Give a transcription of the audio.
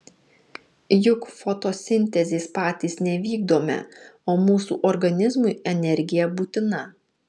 juk fotosintezės patys nevykdome o mūsų organizmui energija būtina